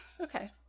Okay